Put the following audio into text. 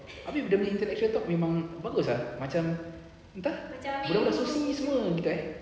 abeh dia nya intellectual memang bagus ah macam entah budak budak soci semua gitu eh